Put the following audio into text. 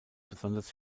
besonders